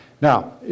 Now